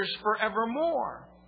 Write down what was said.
forevermore